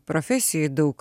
profesijoj daug